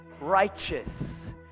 righteous